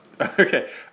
Okay